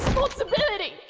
responsibility!